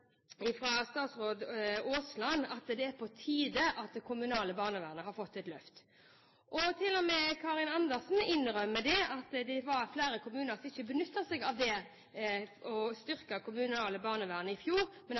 sier statsråd Aasland at det er på tide at det kommunale barnevernet har fått et løft. Til og med Karin Andersen innrømmer at det var flere kommuner som ikke benyttet seg av det å styrke det kommunale barnevernet i fjor, men